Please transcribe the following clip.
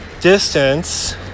distance